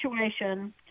situation